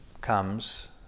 comes